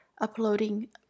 uploading